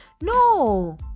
No